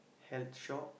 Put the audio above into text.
hat shop